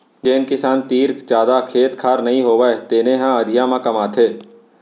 जेन किसान तीर जादा खेत खार नइ होवय तेने ह अधिया म कमाथे